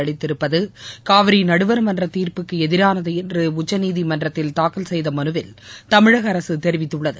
அளித்திருப்பது காவிரி நடுவர் மன்ற தீர்ப்புக்கு எதிரானது என்று உச்சநீதிமன்றத்தில் தாக்கல் செய்த மனுவில் தமிழக அரசு தெரிவித்துள்ளது